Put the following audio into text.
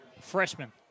freshman